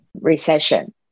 recession